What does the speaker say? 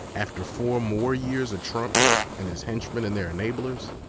after four more years of trump and his henchmen and their enablers,